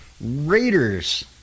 Raiders